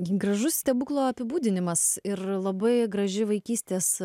gi gražus stebuklo apibūdinimas ir labai graži vaikystės